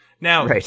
Now